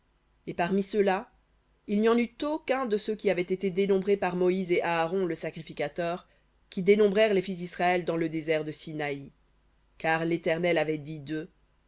et parmi ceux-là il n'y en eut aucun de ceux qui avaient été dénombrés par moïse et aaron le sacrificateur qui dénombrèrent les fils d'israël dans le désert de sinaï car l'éternel avait dit d'eux